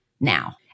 now